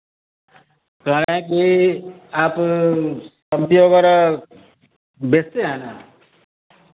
कह रहे है कि आप वगैरह बेचते हैं ना